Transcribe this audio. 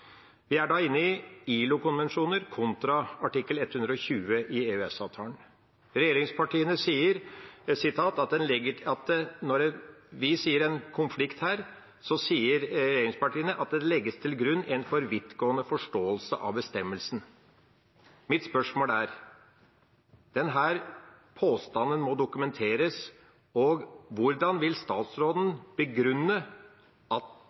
Vi er da inne i ILO-konvensjoner kontra artikkel 120 i EØS-avtalen. Når vi snakker om en konflikt her, sier regjeringspartiene at det legges «til grunn en for vidtgående forståelse av bestemmelsen». Mitt spørsmål er – for denne påstanden må dokumenteres: Hvordan vil statsråden begrunne at